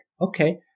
Okay